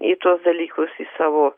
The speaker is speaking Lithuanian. į tuos dalykus į savo